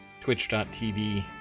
twitch.tv